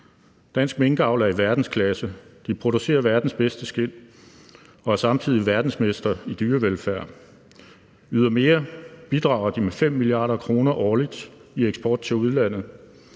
Dansk minkavl er i verdensklasse. De producerer verdens bedste skind og er samtidig verdensmestre i dyrevelfærd. Ydermere bidrager de med 5 mia. kr. årligt i eksport til udlandet.